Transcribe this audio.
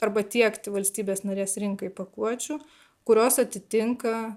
arba tiekti valstybės narės rinkai pakuočių kurios atitinka